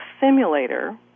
simulator